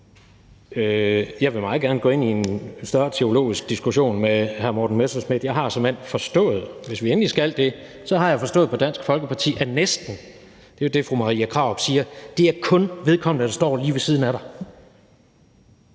Jeg vil meget gerne gå ind i en større teologisk diskussion med hr. Morten Messerschmidt. Jeg har såmænd forstået, hvis vi endelig skal det, på Dansk Folkeparti, at næsten kun er, som fru Marie Krarup siger, vedkommende, der står lige ved siden af dig.